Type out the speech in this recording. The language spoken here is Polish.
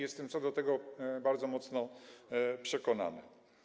Jestem co do tego bardzo mocno przekonany.